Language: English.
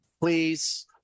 please